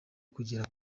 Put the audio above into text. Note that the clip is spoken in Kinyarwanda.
kugera